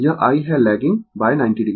यह I है lagging 90 o